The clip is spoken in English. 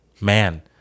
man